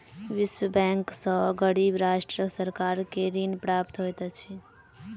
विश्व बैंक सॅ गरीब राष्ट्रक सरकार के ऋण प्राप्त होइत अछि